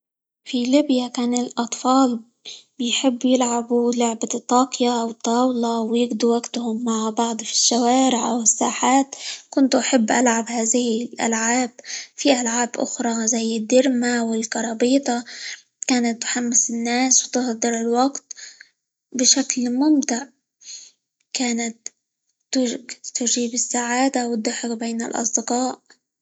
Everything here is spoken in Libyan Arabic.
في ليبيا كان الأطفال بيحبوا يلعبوا لعبة الطاكية، أو الطاولة، ويقضوا وقتهم مع بعض في الشوارع، والساحات، كنت أحب ألعب هذه الألعاب، في ألعاب أخرى زي الديرما، والكرابيته، كانت تحمس الناس، وتهدر الوقت بشكل ممتع، كانت -تر- تجيب السعادة، والضحك بين الأصدقاء.